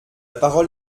parole